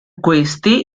questi